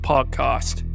Podcast